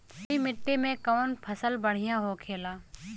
बलुई मिट्टी में कौन फसल बढ़ियां होखे ला?